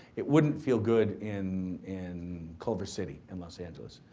it wouldn't feel good in, in culver city in los angeles.